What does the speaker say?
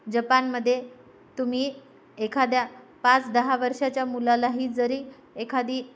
जपानमध्ये तुम्ही एखाद्या पाच दहा वर्षाच्या मुलालाही जरी एखादी